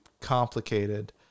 complicated